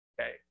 Okay